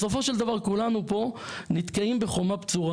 בסופו של דבר כולנו פה נתקעים בחומה בצורה